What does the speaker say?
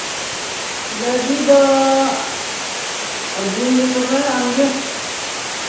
ᱜᱟᱹᱰᱤ ᱫᱚ ᱟᱹᱜᱩᱭ ᱢᱮ ᱛᱚᱵᱮ ᱟᱢᱜᱮ